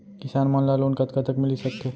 किसान मन ला लोन कतका तक मिलिस सकथे?